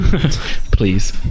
Please